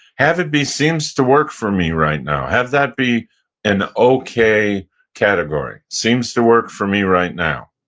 have it be seems to work for me right now. have that be an okay category. seems to work for me right now.